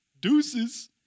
Deuces